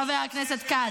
מעט מאוד יש, חבר הכנסת כץ.